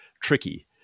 tricky